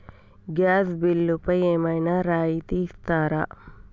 Gas బిల్లుపై ఏమైనా రాయితీ ఇస్తారా?